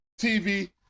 TV